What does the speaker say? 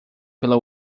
pela